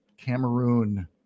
cameroon